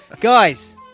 guys